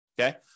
okay